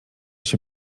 się